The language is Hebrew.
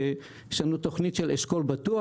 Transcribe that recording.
היום יש לנו תוכנית שנקראת אשכול בטוח.